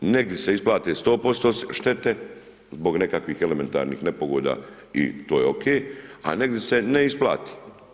Negdje se isplate 100% štete, zbog nekakvih elementarnih nepogoda i to je okej, a negdje se ne isplati.